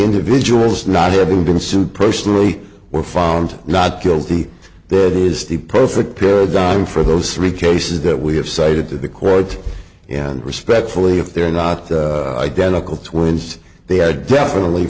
individuals not having been sued personally were found not guilty that is the perfect paradigm for those three cases that we have cited to the court and respectfully if they are not identical twins they are definitely